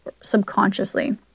subconsciously